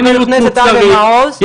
חבר הכנסת אבי מעוז,